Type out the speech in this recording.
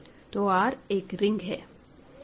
तो R एक ring है